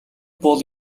бол